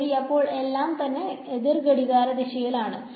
ശെരി അപ്പോൾ എല്ലാം തന്നെ എതിർ ഘടികാര ദിശയിൽ ആണ്